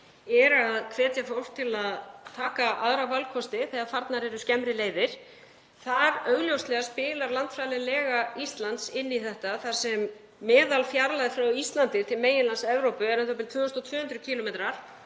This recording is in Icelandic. er að hvetja fólk til að velja aðra valkosti þegar farnar eru skemmri leiðir. Þar augljóslega spilar landfræðileg lega Íslands inn í þar sem meðalfjarlægð frá Íslandi til meginlands Evrópu er u.þ.b. 2.200 km á meðan